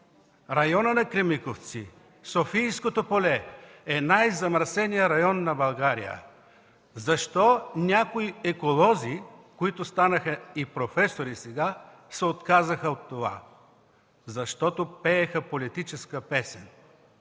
районът на „Кремиковци”, Софийското поле е най-замърсеният район на България. Защо някои еколози, които станаха и професори сега, се отказаха от това? Защото пееха политическа песен.